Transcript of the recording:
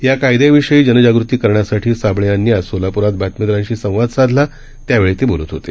याकायद्याविषयीजनजागृतीकरण्यासाठीसाबळेयांनीआजसोलापूरातबातमीदारांशीसंवादसाधला त्यावेळीतेबोलतहोते